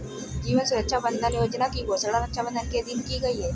जीवन सुरक्षा बंधन योजना की घोषणा रक्षाबंधन के दिन की गई